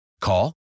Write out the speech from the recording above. Call